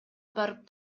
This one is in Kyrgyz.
барып